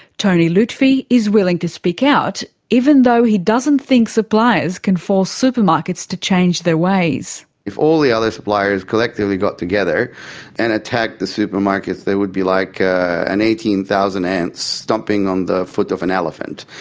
tony lutfi is willing to speak out, even though he doesn't think suppliers can force supermarkets to change their ways. if all the other suppliers collectively got together and attacked the supermarkets they would be like eighteen thousand ants stomping on the foot of an elephant,